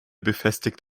befestigt